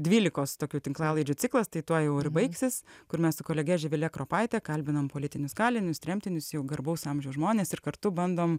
dvylikos tokių tinklalaidžių ciklas tai tuo jau baigsis kur mes su kolege živile kropaite kalbinom politinius kalinius tremtinius jau garbaus amžiaus žmones ir kartu bandom